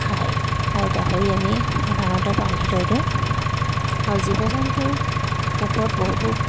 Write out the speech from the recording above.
প্ৰায় আৰু গাহৰি আমি সাধাৰণতে বান্ধি থৈ দিওঁ আৰু জীৱ জন্তুৰ ওপৰত বহুতো